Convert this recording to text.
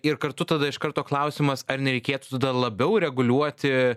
ir kartu tada iš karto klausimas ar nereikėtų tada labiau reguliuoti